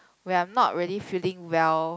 when I'm not really feeling well